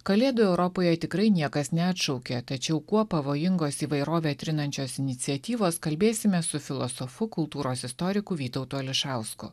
kalėdų europoje tikrai niekas neatšaukė tačiau kuo pavojingos įvairovė trinančios iniciatyvos kalbėsime su filosofu kultūros istoriku vytautu ališausku